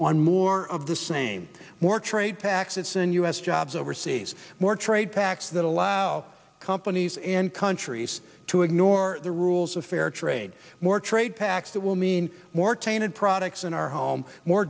on more of the same more trade pacts it's an us jobs overseas more trade pacts that allow companies and countries to ignore the rules of fair trade more trade pacts that will mean more tainted products in our home more